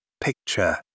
Picture